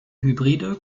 hybride